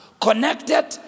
connected